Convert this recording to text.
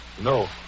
No